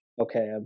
okay